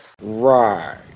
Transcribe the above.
right